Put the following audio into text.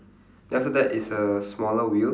then after that it's a smaller wheel